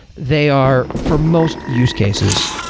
they are for most use cases.